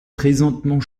présentement